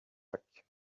jacques